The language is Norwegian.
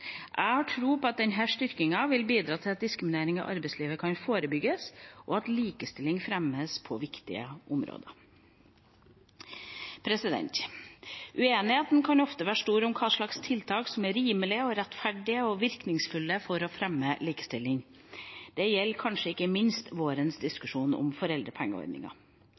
Jeg har tro på at denne styrkingen vil bidra til at diskriminering i arbeidslivet kan forebygges, og at likestilling fremmes på viktige områder. Uenigheten kan ofte være stor om hva slags tiltak som er rimelige, rettferdige og virkningsfulle for å fremme likestilling. Dette gjelder kanskje ikke minst vårens diskusjon om